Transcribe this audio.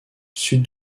sud